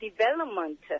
development